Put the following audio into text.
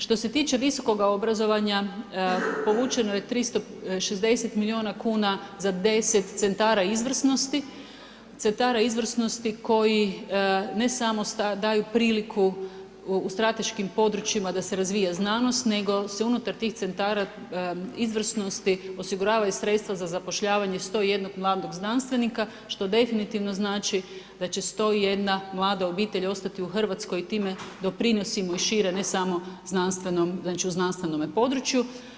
Što se tiče visokoga obrazovanja povučeno je 360 milijuna kuna za 10 centara izvrsnosti, centara izvrsnosti koji ne samo daju priliku u strateškim područjima da se razvija znanost, nego se unutar tih centara izvrsnosti osiguravaju sredstva za zapošljavanje 101 mladog znanstvenika što definitivno znači da će 101 mlada obitelj ostati u Hrvatskoj i time doprinosimo i šire ne samo znanstvenom, znači u znanstvenome području.